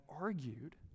argued